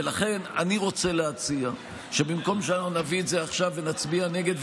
ולכן אני רוצה להציע שבמקום שנביא את זה עכשיו ונצביע נגד,